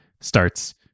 starts